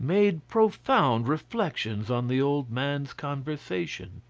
made profound reflections on the old man's conversation.